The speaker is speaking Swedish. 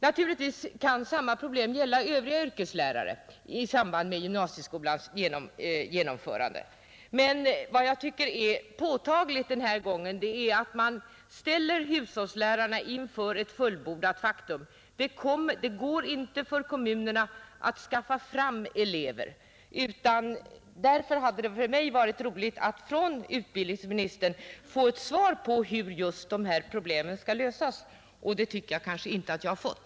Naturligtvis kan detta problem gälla även för övriga yrkeslärare i samband med gymnasieskolans genomförande, men vad jag tycker är påtagligt denna gång är att man ställer hushållslärarna inför ett fullbordat faktum. Det går inte för kommunerna att skaffa fram elever. Därför hade det för mig varit roligt att från utbildningsministern få ett svar på hur just dessa problem skall lösas — och det tycker jag inte att jag har fått.